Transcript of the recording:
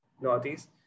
Northeast